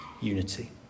unity